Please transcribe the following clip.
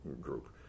group